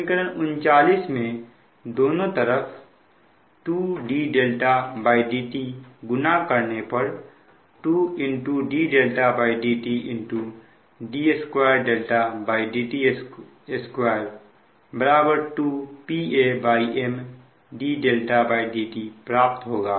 समीकरण 39 में दोनों तरफ 2ddt गुना करने पर 2dδdt d2dt2 2 PaM dδdtप्राप्त होगा